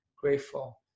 grateful